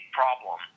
problem